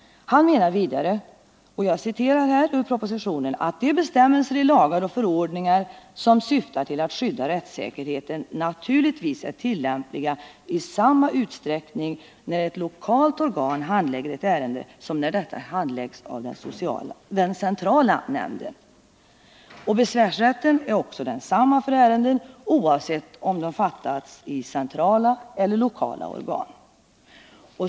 Och han anför vidare: ”De bestämmelser i lagar och förordningar som syftar till att skydda rättssäkerheten är naturligtvis tillämpliga i samma utsträckning, när ett lokalt organ handlägger ett ärende som när detta handläggs av den centrala nämnden.” Besvärsrätten är också densamma för ärenden oavsett om de behandlats i centrala eller lokala organ.